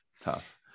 tough